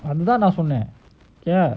அதுதான்நான்சொன்னேன்:athu thaan nan sonnen okay ah